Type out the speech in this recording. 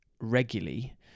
regularly